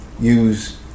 use